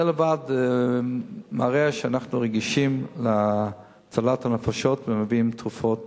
זה לבד מראה שאנחנו רגישים להצלת הנפשות ומביאים תרופות